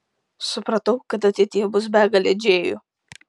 supratau kad ateityje bus begalė džėjų